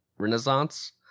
renaissance